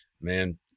man